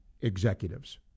executives